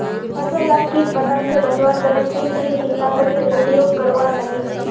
फसल लाक किट पतंग से बचवार तने किन किन कीटनाशकेर उपयोग करवार लगे?